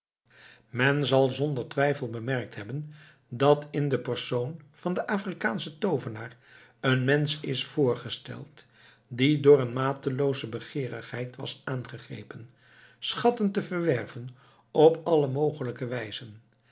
men zal zonder twijfel bemerkt hebben dat in den persoon van den afrikaanschen toovenaar een mensch is voorgesteld die door een matelooze begeerigheid was aangegrepen schatten te verwerven op alle mogelijke wijzen